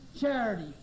Charity